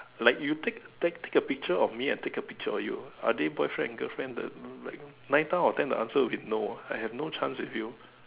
like you take take take a picture of me and take a picture or you are they boyfriend and girlfriend the like nine time out of ten the answer will be no ah I have no chance with you